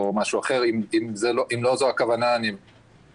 אם לא זו הכוונה אשמח לדעת.